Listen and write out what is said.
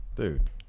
Dude